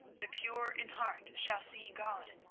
the pure in heart shall see god